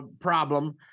problem